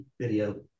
video